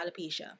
alopecia